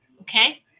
okay